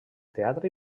teatre